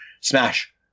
Smash